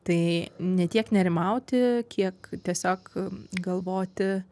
tai ne tiek nerimauti kiek tiesiog galvoti